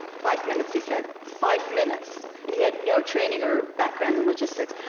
five minutes, he said. five minutes. and he had no training or background in logistics.